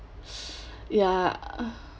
ya